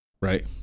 Right